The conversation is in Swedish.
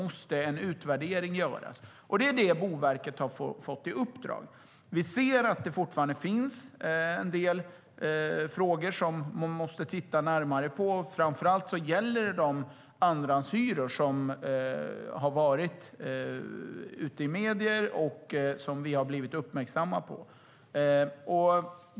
Det uppdraget har Boverket fått. Vi ser att det fortfarande finns en del frågor som man måste titta närmare på, framför allt de andrahandshyror som nämnts i medierna och som vi blivit uppmärksammade på.